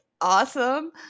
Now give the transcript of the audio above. awesome